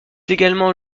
également